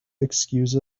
excuse